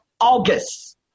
August